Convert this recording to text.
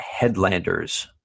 Headlanders